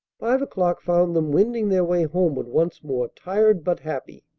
five o'clock found them wending their way homeward once more, tired but happy.